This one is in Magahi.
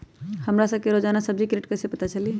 हमरा सब के रोजान सब्जी के रेट कईसे पता चली?